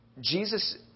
Jesus